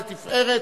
לתפארת